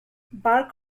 bark